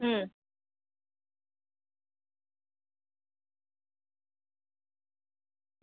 હુમ